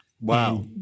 Wow